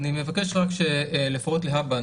אני מבקש רק לפחות להבא,